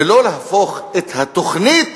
ולא יהפוך את התוכנית